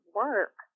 work